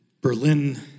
Berlin